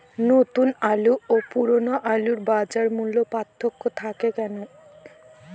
নতুন আলু ও পুরনো আলুর বাজার মূল্যে পার্থক্য থাকে কেন?